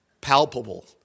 palpable